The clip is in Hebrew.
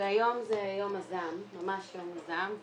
והיום זה יום הזעם, הציבור